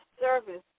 service